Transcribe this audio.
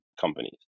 companies